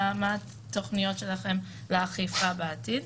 מה התוכניות שלכם לאכיפה בעתיד.